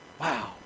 Wow